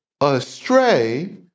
astray